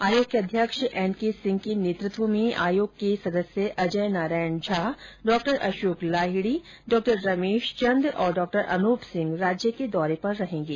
आयोग के अध्यक्ष एन के सिंह के नेतृत्व में आयोग के सदस्य अजय नारायण झा डॉ अशोक लाहिड़ी डॉ रमेश चंद और डॉ अनूप सिंह राज्य के दौरे पर रहेंगे